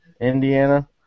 Indiana